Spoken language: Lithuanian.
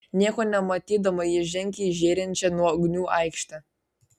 nieko nematydama ji žengė į žėrinčią nuo ugnių aikštę